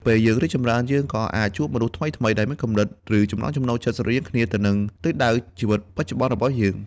ពេលយើងរីកចម្រើន យើងក៏អាចជួបមនុស្សថ្មីៗដែលមានគំនិត ឬចំណង់ចំណូលចិត្តស្រដៀងគ្នាទៅនឹងទិសដៅជីវិតបច្ចុប្បន្នរបស់យើង។